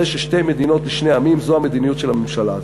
ששתי מדינות לשני עמים זו המדיניות של הממשלה הזאת.